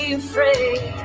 afraid